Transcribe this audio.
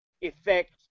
effect